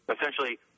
essentially